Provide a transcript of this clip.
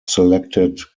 selected